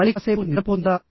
మరి కాసేపు నిద్ర పోతుందా